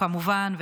כמובן,